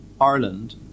Ireland